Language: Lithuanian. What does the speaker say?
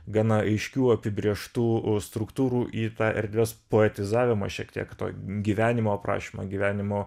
gana aiškių apibrėžtų struktūrų į tą erdvės poetizavimą šiek tiek toj gyvenimo aprašymą gyvenimo